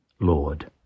lord